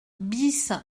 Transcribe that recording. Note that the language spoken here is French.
bis